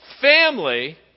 family